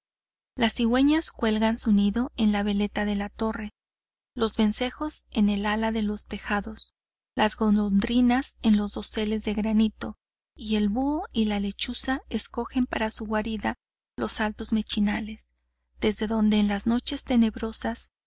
las cigüeñas cuelgan su nido en la veleta de la torre los vencejos en el ala de los tejados las golondrinas en los doseles de granito y el búho y la lechuza escogen para su guarida los altos mechinales desde donde en las noches tenebrosas